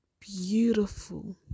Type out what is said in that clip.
beautiful